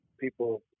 people